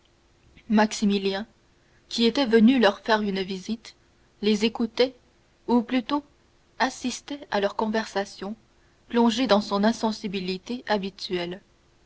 maximilien qui était venu leur faire une visite les écoutait ou plutôt assistait à leur conversation plongé dans son insensibilité habituelle